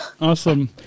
Awesome